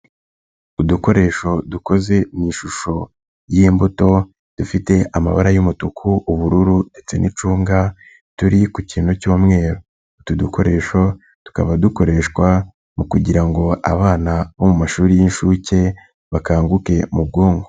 Udukoresho dukoze mu ishusho y'imbuto dufite amabara y'umutuku, ubururu ndetse n'icunga turi ku kintu cy'umweru, utu dukoresho tukaba dukoreshwa mu kugira ngo abana bo mu mashuri y'inshuke bakanguke mu bwonko.